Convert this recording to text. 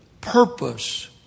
purpose